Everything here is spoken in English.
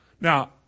Now